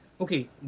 okay